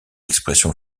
expression